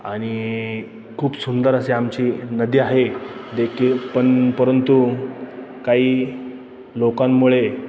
आणि खूप सुंदर अशी आमची नदी आहे देखील पण परंतु काही लोकांमुळे